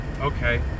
okay